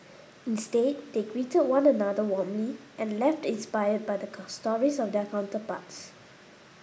instead they greeted one another warmly and left inspired by the stories of their counterparts